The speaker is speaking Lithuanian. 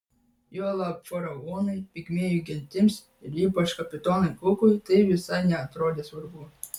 juolab faraonui pigmėjų gentims ir ypač kapitonui kukui tai visai neatrodė svarbu